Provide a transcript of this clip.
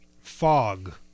fog